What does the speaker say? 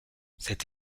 cette